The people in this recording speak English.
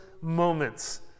moments